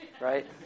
Right